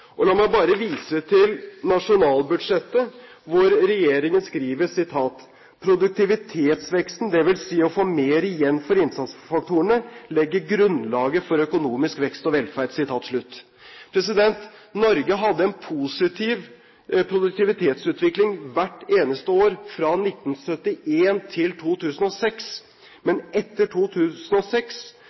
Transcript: tid. La meg bare vise til nasjonalbudsjettet, der regjeringen skriver: «Produktivitetsvekst, dvs. å få mer igjen for innsatsfaktorene, legger grunnlag for økonomisk vekst og økt velferd.» Norge hadde en positiv produktivitetsutvikling hvert eneste år fra 1971 til 2006. Men etter 2006